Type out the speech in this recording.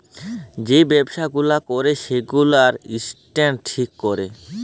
যে ব্যবসা গুলা ক্যরে সেগুলার স্ট্যান্ডার্ড ঠিক ক্যরে